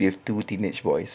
with two teenage boys